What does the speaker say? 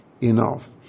enough